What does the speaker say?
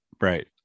Right